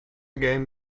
game